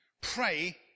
Pray